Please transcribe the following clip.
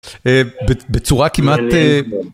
בצורה כמעט.